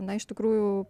na iš tikrųjų